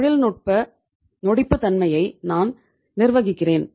தொழில்நுட்ப நொடிப்பு தன்மையை நான் நிர்வகிக்கிறேன்